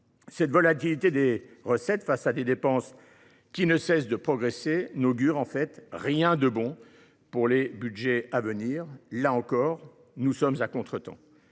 Cette volatilité des recettes face à des dépenses qui ne cessent de progresser n’augure rien de bon pour les budgets à venir. Là encore, nous sommes à contretemps